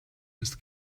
ist